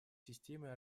системы